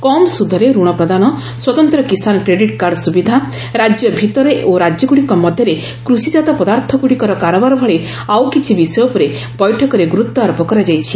କମ୍ ସୁଧରେ ରଣ ପ୍ରଦାନ ସ୍ୱତନ୍ତ୍ର କିଷାନ୍ କ୍ରେଡିଟ୍ କାର୍ଡ଼ ସୁବିଧା ରାଜ୍ୟ ଭିତରେ ଓ ରାଜ୍ୟଗୁଡ଼ିକ ମଧ୍ୟରେ କୃଷିଜାତ ପଦାର୍ଥଗୁଡ଼ିକର କାରବାର ଭଳି ଆଉ କିଛି ବିଷୟ ଉପରେ ବୈଠକରେ ଗୁରୁତ୍ୱ ଆରୋପ କରାଯାଇଛି